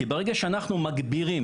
כי ברגע שאנחנו מגבירים,